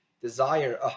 desire